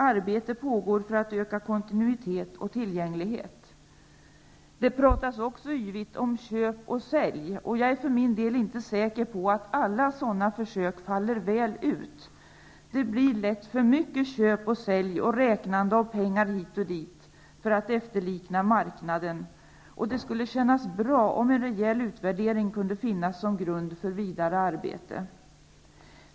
Arbete pågår för att förbättra kontinuiteten och öka tillgängligheten. Det talas också yvigt om köp och sälj. Jag är för min del inte säker på att alla sådana försök faller väl ut. Det blir lätt för mycket köp och sälj och räknande av pengar hit och dit för att efterlikna marknaden. Det skulle kännas bra om en rejäl utvärdering kunde finnas som grund för vidare arbete.